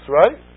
right